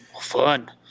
Fun